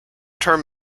term